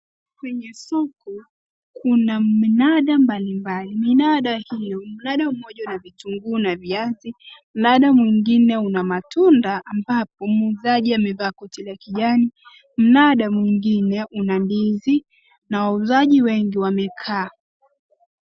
Kwenye soko kuna minada mbali mbali. Minada hiyo, mnada moja una kitunguu na viazi, mnada mwingine una matunda ambapo muuzaji amevaa koti la kijani , mnada mwingine una ndizi na wauzaji wengi wamekaa.